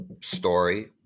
story